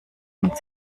man